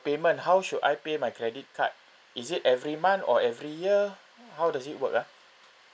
payment how should I pay my credit card is it every month or every year how does it work ah